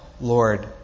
Lord